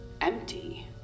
empty